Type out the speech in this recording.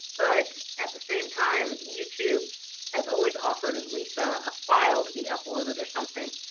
but at the same time, youtube has always offered at least a ah file to be uploaded or something.